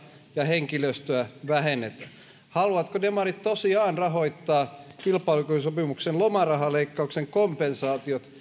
ja henkilöstöä vähennetä haluavatko demarit tosiaan rahoittaa kilpailukykysopimuksen lomarahaleikkauksen kompensaatiot